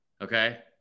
Okay